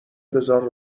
بذار